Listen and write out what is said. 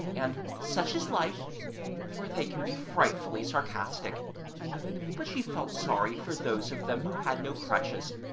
and such is life for they can be frightfully sarcastic but she felt sorry for those of them who had no crutches,